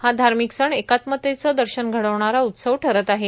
हा धार्मिक सण एकात्मतेचे दर्शन घडविणारा उत्सव ठरत आहे